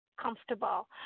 comfortable